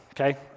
okay